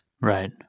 Right